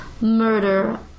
murder